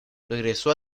regresó